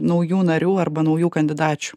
naujų narių arba naujų kandidačių